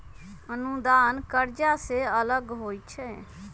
अनुदान कर्जा से अलग होइ छै